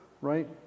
right